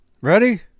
Ready